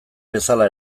bezala